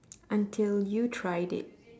until you tried it